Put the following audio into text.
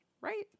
right